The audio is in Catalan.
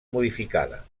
modificada